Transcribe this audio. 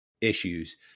issues